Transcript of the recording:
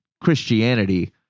Christianity